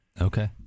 Okay